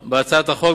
לתמוך בהצעת החוק,